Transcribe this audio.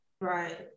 Right